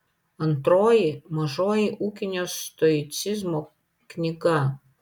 antroji mažoji ūkinio stoicizmo knyga